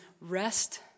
rest